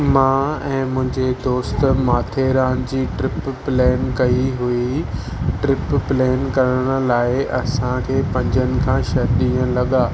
मां ऐं मुंहिंजे दोस्तु माथेरान जी ट्रिप प्लेन कई हुई ट्रिप प्लेन करण लाइ असांखे पंजनि खां छह ॾींहं लॻा